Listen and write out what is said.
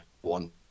one